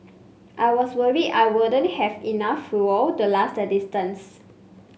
I was worried I wouldn't have enough fuel to last the distance